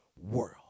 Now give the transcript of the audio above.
world